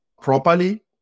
properly